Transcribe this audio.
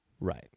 Right